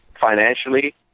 financially